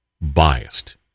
biased